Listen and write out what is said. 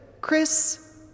Chris